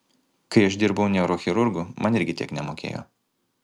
kai aš dirbau neurochirurgu man irgi tiek nemokėjo